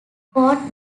fort